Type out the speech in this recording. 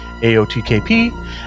AOTKP